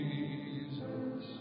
Jesus